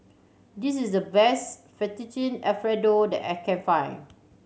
this is the best Fettuccine Alfredo that I can find